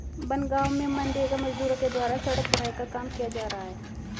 बनगाँव में मनरेगा मजदूरों के द्वारा सड़क भराई का काम किया जा रहा है